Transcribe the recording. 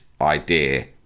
idea